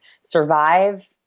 survive